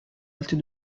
altre